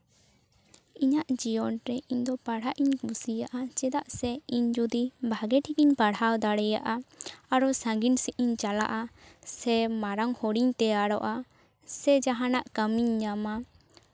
ᱤᱧᱟᱹᱜ ᱡᱤᱭᱚᱱᱨᱮ ᱤᱧ ᱫᱚ ᱯᱟᱲᱦᱟᱜ ᱤᱧ ᱠᱩᱥᱤᱭᱟᱜᱼᱟ ᱪᱮᱫᱟᱜ ᱥᱮ ᱤᱧ ᱡᱩᱫᱤ ᱵᱷᱟᱜᱮ ᱴᱷᱤᱠᱤᱧ ᱯᱟᱲᱦᱟᱣ ᱫᱟᱲᱮᱭᱟᱜᱼᱟ ᱟᱨᱚ ᱥᱟᱹᱜᱤᱧ ᱥᱮᱫ ᱤᱧ ᱪᱟᱞᱟᱜᱼᱟ ᱥᱮ ᱢᱟᱨᱟᱝ ᱦᱚᱲᱤᱧ ᱛᱮᱭᱟᱨᱚᱜᱼᱟ ᱥᱮ ᱡᱟᱦᱟᱱᱟᱜ ᱠᱟᱹᱢᱤᱧ ᱧᱟᱢᱟ